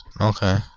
Okay